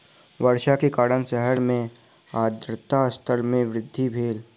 वर्षा के कारण शहर मे आर्द्रता स्तर मे वृद्धि भेल